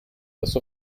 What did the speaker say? das